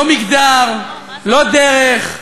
לא מגדר, לא דרך.